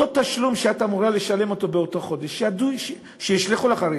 אותו תשלום שאת אמורה לשלם באותו חודש, שישלחו לך.